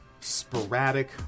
sporadic